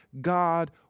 God